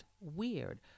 weird